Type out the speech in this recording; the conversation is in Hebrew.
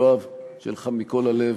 יואב, שתהיה לך, מכל הלב,